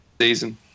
season